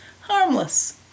harmless